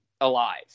alive